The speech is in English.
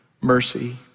mercy